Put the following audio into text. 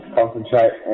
concentrate